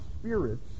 spirits